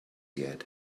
yet